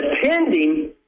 attending